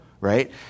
right